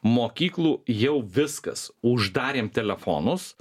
mokyklų jau viskas uždarėm telefonus